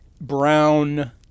brown